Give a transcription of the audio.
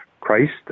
Christ